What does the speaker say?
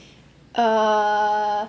err